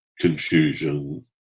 confusion